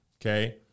Okay